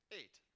eight